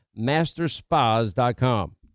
masterspas.com